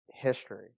history